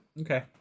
Okay